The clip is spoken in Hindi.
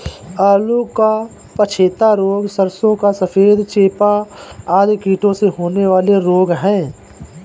आलू का पछेता रोग, सरसों का सफेद चेपा आदि कीटों से होने वाले रोग हैं